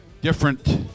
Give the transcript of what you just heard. different